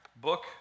book